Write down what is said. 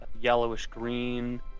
yellowish-green